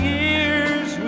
years